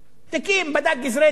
גזרי-דין,